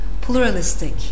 pluralistic